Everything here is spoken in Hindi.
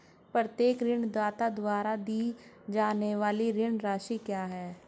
प्रत्येक ऋणदाता द्वारा दी जाने वाली ऋण राशि क्या है?